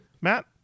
Matt